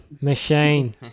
machine